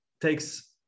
takes